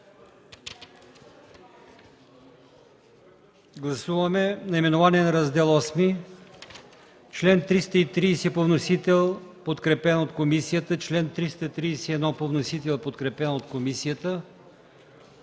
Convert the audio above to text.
Гласуване анблок наименованието на Раздел V; чл. 316 по вносител, подкрепен от комисията; чл. 317 по вносител, подкрепен от комисията.